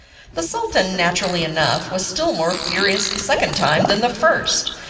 the sultan, naturally enough, was still more furious the second time than the first,